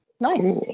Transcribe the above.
Nice